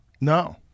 No